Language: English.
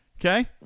Okay